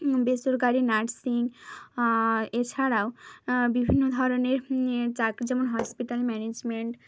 বেসরকারি নার্সিং এছাড়াও বিভিন্ন ধরনের চাকরি যেমন হসপিটাল ম্যানেজমেন্ট